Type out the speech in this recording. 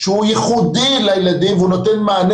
הוא שהוא ייחודי לילדים ונותן מענה